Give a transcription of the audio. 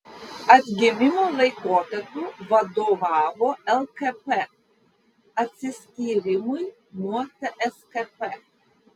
atgimimo laikotarpiu vadovavo lkp atsiskyrimui nuo tskp